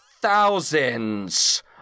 thousands